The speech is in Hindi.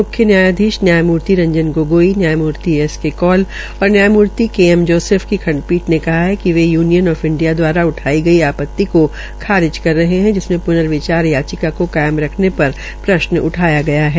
मुख्य न्यायाधीश न्यायमर्ति रंजन गोगोई न्यायमूर्ति एस के कौल और न्यायमूर्ति के एम जोसेफ की खंडपीठ ने कहा कि वे युनियन आफ इंडिया दवारा उठायी गई आपत्ति को खारिज करे रहे है जिसमे प्र्न विचार याचिका को कायम रखने पर प्रश्न उठाया गया है